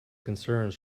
concerns